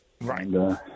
Right